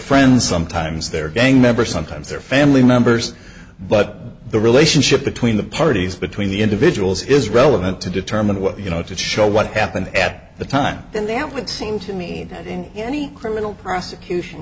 friends sometimes their gang members sometimes their family members but the relationship between the parties between the individuals is relevant to determine what you know to show what happened at the time then that would seem to mean that in any criminal prosecution